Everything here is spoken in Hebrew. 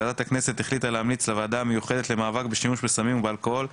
ועדת הכנסת החליטה להמליץ לוועדה המיוחדת למאבק בשימוש בסמים ובאלכוהול,